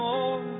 More